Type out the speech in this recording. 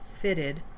fitted